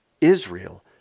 Israel